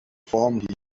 formed